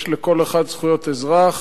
יש לכל אחד זכויות אזרח,